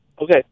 okay